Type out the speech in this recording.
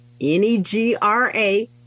N-E-G-R-A